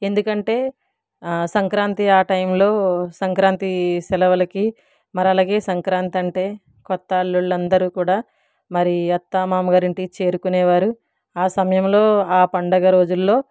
ఎందుకంటే సంక్రాంతి ఆ టైములో సంక్రాంతి సెలవులకి మరి అలాగే సంక్రాంతి అంటే కొత్త అల్లుళ్ళందరూ కూడా మరి అత్త మామ గారి ఇంటికి చేరుకునేవారు ఆ సమయంలో ఆ పండుగ రోజుల్లో